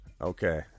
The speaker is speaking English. Okay